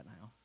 now